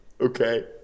Okay